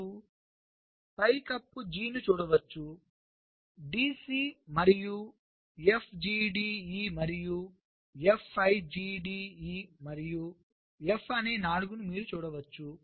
మీరు పైకప్పు G ను చూడవచ్చు D C మరియు F G D E మరియు F I G D E మరియు F అనే 4 ను మీరు చూడవచ్చు